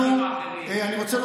כמו